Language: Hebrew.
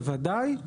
בוודאי,